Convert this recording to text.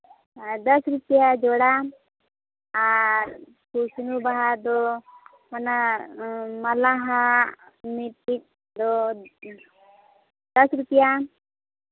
ᱫᱚᱥ ᱨᱩᱯᱤᱭᱟ ᱡᱳᱲᱟ ᱟᱨ ᱠᱩᱥᱱᱤ ᱵᱟᱦᱟ ᱫᱚ ᱚᱱᱟ ᱢᱟᱞᱟᱣᱟᱜ ᱢᱤᱫᱴᱤᱡ ᱫᱚ ᱫᱚᱥ ᱨᱩᱯᱤᱭᱟ